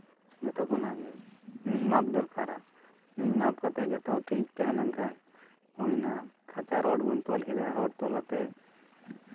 ᱡᱚᱛ ᱠᱳᱱᱟ ᱜᱮ ᱢᱤᱫ ᱢᱟᱯ ᱫᱚᱨᱠᱟᱨᱟ ᱢᱤᱫ ᱢᱟᱯ ᱠᱟᱛᱮᱫ ᱡᱚᱛᱚ ᱴᱷᱤᱠ ᱛᱟᱦᱮᱸ ᱞᱮᱱᱠᱷᱟᱱ ᱦᱩᱭᱱᱟ ᱠᱷᱟᱸᱪᱟ ᱨᱚᱰ ᱵᱚᱱ ᱛᱚᱞ ᱠᱮᱫᱟ ᱨᱚᱰ ᱛᱚᱞ ᱠᱟᱛᱮᱫ